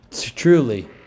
Truly